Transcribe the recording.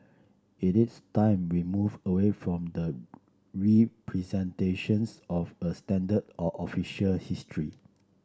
it is time we move away from the representations of a standard or official history